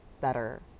better